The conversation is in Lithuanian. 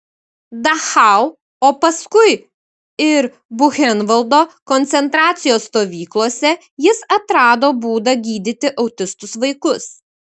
dachau o paskui ir buchenvaldo koncentracijos stovyklose jis atrado būdą gydyti autistus vaikus